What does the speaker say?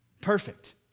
Perfect